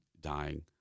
dying